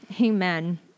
Amen